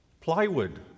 plywood